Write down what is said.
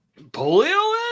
Polio